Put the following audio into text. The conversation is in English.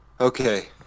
okay